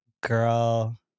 Girl